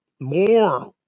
more